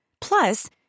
Plus